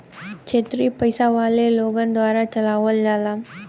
क्षेत्रिय पइसा वाले लोगन द्वारा चलावल जाला